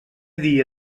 dia